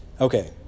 Okay